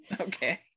Okay